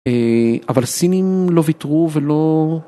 אבל הסינים לא ויתרו ולא..